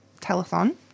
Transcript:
telethon